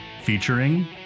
featuring